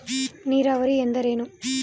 ನೀರಾವರಿ ಎಂದರೇನು?